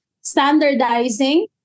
standardizing